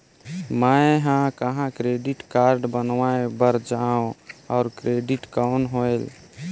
मैं ह कहाँ क्रेडिट कारड बनवाय बार जाओ? और क्रेडिट कौन होएल??